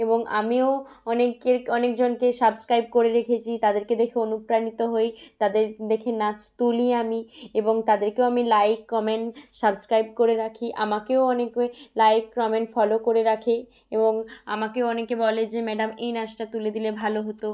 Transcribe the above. এবং আমিও অনেককে অনেক জনকে সাবস্ক্রাইব করে রেখেছি তাদেরকে দেখে অনুপ্রাণিত হই তাদের দেখে নাচ তুলি আমি এবং তাদেরকেও আমি লাইক কমেন্ট সাবস্ক্রাইব করে রাখি আমাকেও অনেকে লাইক কমেন্ট ফলো করে রাখে এবং আমাকেও অনেকে বলে যে ম্যাডাম এই নাচটা তুলে দিলে ভালো হতো